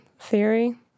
theory